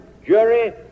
jury